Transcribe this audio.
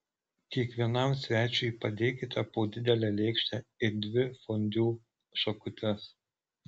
kiekvienam svečiui padėkite po didelę lėkštę ir dvi fondiu šakutes